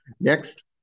Next